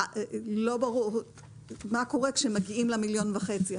לא ברור מה קורה כשמגיעים למיליון וחצי,